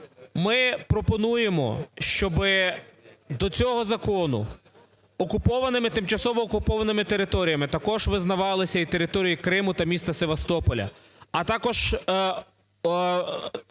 Ми пропонуємо, щоби до цього закону окупованими, тимчасово окупованими територіями також визнавалися і території Криму та міста Севастополя, а також